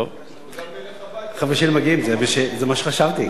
וגם נלך הביתה, זה מה שחשבתי.